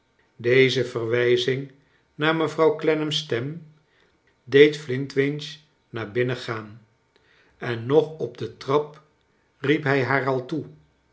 deze verwijzing naar mevrouw clennam's stem deed flintwinch naar binnen gaan en nog op de trap riep hij haar al toe